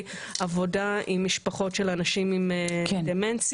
עבודה עם משפחות של אנשים עם דמנציה,